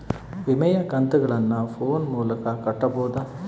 ವಿಮೆಯ ಕಂತುಗಳನ್ನ ಫೋನ್ ಮೂಲಕ ಕಟ್ಟಬಹುದಾ?